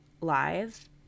live